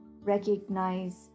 recognize